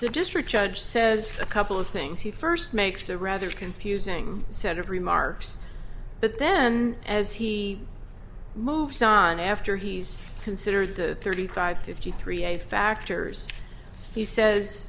so district judge says a couple of things he first makes a rather confusing set of remarks but then as he moves on after he's considered the thirty five fifty three a factors he says